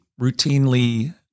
routinely